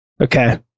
Okay